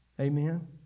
amen